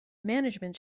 management